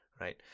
Right